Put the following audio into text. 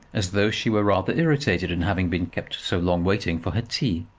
as though she were rather irritated in having been kept so long waiting for her tea.